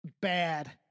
bad